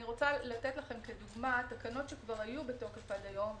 אני רוצה לתת לכם כדוגמה תקנות שכבר היו בתוקף עד היום,